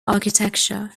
architecture